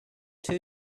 two